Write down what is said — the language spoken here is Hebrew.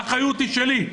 האחריות היא שלי.